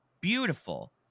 beautiful